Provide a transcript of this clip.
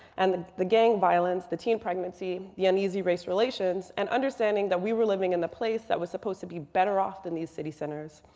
and the the gang violence, the teen pregnancy, the uneasy race relations. and understanding that we were living in the place that was supposed to be better off than these city centers.